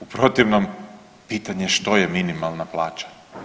U protivnom, pitanje što je minimalna plaća.